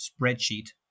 spreadsheet